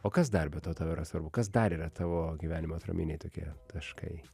o kas dar be to tau yra svarbu kas dar yra tavo gyvenimo atraminiai tokie taškai